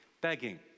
begging